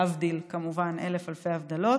להבדיל כמובן אלף אלפי הבדלות.